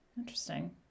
Interesting